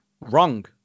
Wrong